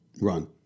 run